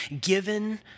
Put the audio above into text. given